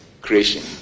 creation